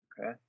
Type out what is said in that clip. Okay